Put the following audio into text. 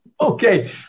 Okay